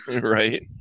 Right